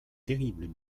terribles